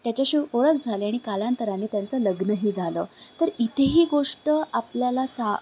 त्याच्याशी ओळख झाली आणि कालांतराने त्यांचं लग्नही झालं तर इथे ही गोष्ट आपल्याला सा